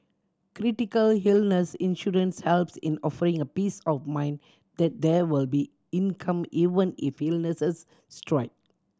critical illness insurance helps in offering a peace of mind that there will be income even if illnesses strike